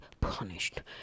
punished